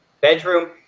bedroom